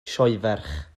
sioeferch